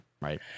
Right